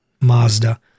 Mazda